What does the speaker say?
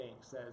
says